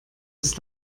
ist